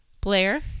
Blair